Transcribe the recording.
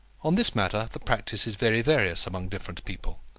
on this matter the practice is very various among different people.